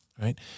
right